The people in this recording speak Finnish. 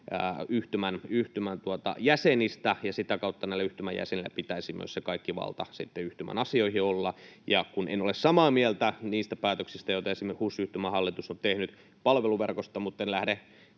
yhtymän jäsenistä ja sitä kautta näillä yhtymän jäsenillä pitäisi myös olla kaikki valta sitten yhtymän asioihin. En ole samaa mieltä niistä päätöksistä, joita esim. HUS-yhtymän hallitus on tehnyt palveluverkosta, mutten lähde